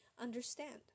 understand